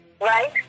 right